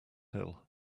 hill